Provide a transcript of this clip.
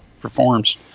performs